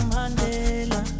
Mandela